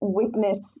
witness